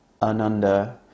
Ananda